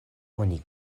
oni